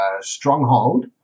Stronghold